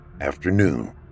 Afternoon